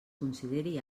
consideri